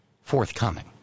forthcoming